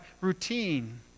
routine